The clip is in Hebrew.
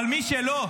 אבל מי שלא,